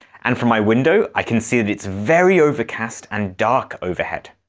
and from my window i can see that it's very overcast and dark overhead.